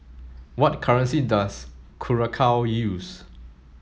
what currency does Curacao use